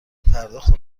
پرداخت